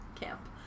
camp